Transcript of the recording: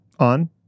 on